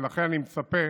לכן אני מצפה,